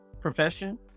profession